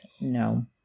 no